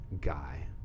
guy